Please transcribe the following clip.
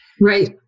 Right